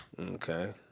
Okay